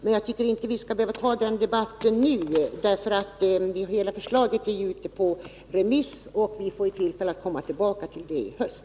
Men jag tycker inte att vi skall behöva ta den debatten nu, eftersom hela förslaget är ute på remiss och vi får tillfälle att komma tillbaka till det i höst.